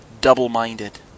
double-minded